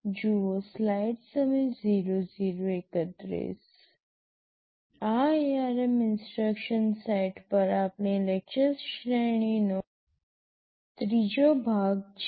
આ ARM instruction set પર આપણી લેક્ચર શ્રેણીનો ત્રીજો ભાગ છે